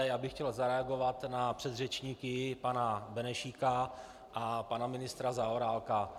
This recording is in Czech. Já bych chtěl zareagovat na předřečníky pana Benešíka a pana ministra Zaorálka.